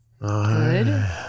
Good